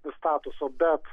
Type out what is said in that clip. statuso bet